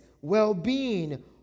well-being